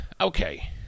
Okay